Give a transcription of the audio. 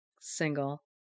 single